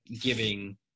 giving